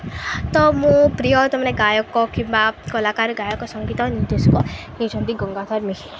ତ ମୁଁ ପ୍ରିୟ ତ ମାନେ ଗାୟକ କିମ୍ବା କଳାକାର ଗାୟକ ସଙ୍ଗୀତ ନିର୍ଦ୍ଦେଶକ ହେଉଛନ୍ତି ଗଙ୍ଗାଧର ମେହେର